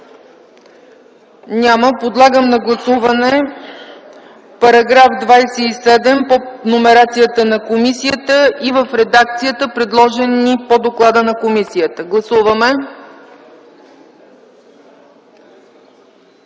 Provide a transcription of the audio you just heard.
Няма. Подлагам на гласуване § 27 по номерацията на комисията и в редакцията, предложена ни по доклада на комисията. Моля, гласувайте.